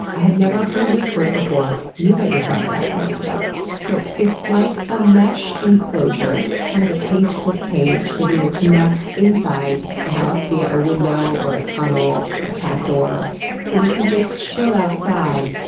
i had never heard this word before and you bet your buttcrack i looked it up so it's like a mesh enclosure kind of a tasteful cage that either connects inside the house via a window, or tunnel, or cat door so they can just chill outside,